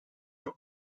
yok